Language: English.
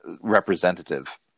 representative